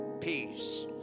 peace